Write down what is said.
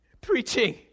preaching